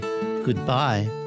goodbye